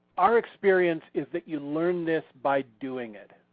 our experience is that you learn this by doing it.